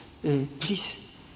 Please